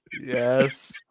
yes